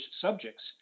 subjects